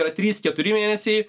yra trys keturi mėnesiai